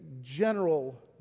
general